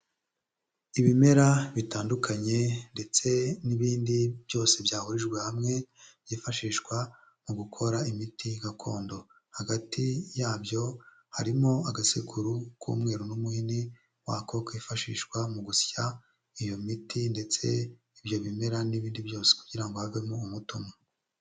Ibimera bitandukanye ndetse n'ibindi byose byahurijwe hamwe, byifashishwa mu gukora imiti gakondo. Hagati yabyo harimo agasekuru k'umweru n'umuhinini wako, kifashishwa mu gusya iyo miti ndetse ibyo bimera n'ibindi byose kugira havemo umuti umwe.